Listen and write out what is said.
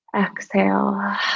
exhale